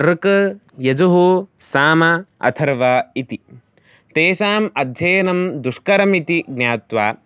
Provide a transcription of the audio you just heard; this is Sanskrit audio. ऋक् यजुः साम अथर्व इति तेषाम् अध्ययनं दुष्करम् इति ज्ञात्वा